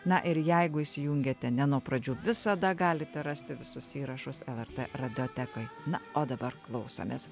na ir jeigu įsijungėte ne nuo pradžių visada galite rasti visus įrašus lrt radiotekoj na o dabar klausomės